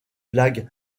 blague